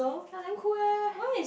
ye damn cool eh